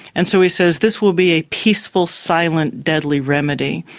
and so he says, this will be a peaceful, silent, deadly remedy.